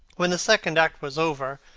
when the second act was over,